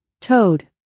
toad